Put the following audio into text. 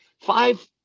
Five